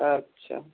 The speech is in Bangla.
আচ্ছা